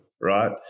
right